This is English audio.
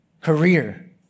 career